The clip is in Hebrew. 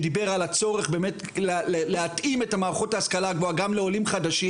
שידבר על הצורך באמת להתאים את מערכות ההשכלה הגבוהה גם לעולים חדשים.